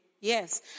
Yes